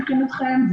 מבחינתכם,